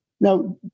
Now